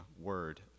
word